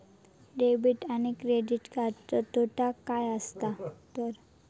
Debit आणि credit कार्डचे तोटे काय आसत तर?